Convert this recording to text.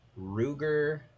Ruger